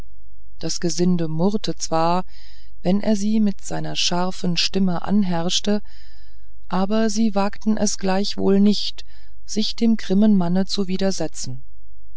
das gesinde murrte zwar wenn er sie mit seiner scharfen stimme anherrschte aber sie wagten es gleichwohl nicht sich dem grimmen manne zu widersetzen